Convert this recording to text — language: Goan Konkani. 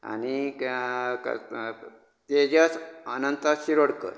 आनीक आ अ तेजस अनंता शिरोडकर